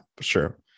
sure